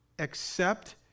accept